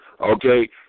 Okay